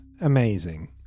Amazing